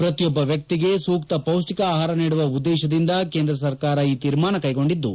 ಪ್ರತಿಯೊಬ್ಬ ವ್ಚಿಕಿಗೆ ಸೂಕ್ತ ಪೌಟ್ಕಿಕ ಆಹಾರ ನೀಡುವ ಉದ್ದೇಶದಿಂದ ಕೇಂದ್ರ ಸರ್ಕಾರ ಈ ತೀರ್ಮಾನ ಕ್ನೆಗೊಂಡಿದ್ಲು